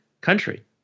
country